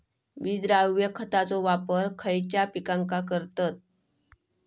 विद्राव्य खताचो वापर खयच्या पिकांका करतत?